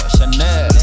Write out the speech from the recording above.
Chanel